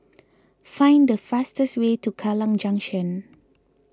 find the fastest way to Kallang Junction